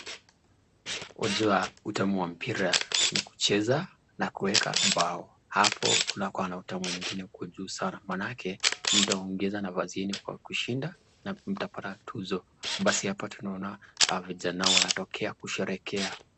Wajua utamu wa mpira ni kucheza na kueka bao. Hapo kunakuwa na utamu mwingine uko juu sana maanake mtaongeza nafasi yenu kwa kushinda na mtapata tuzo. Basi hapa tunaona hawa vijana wanatokea kusherehekea.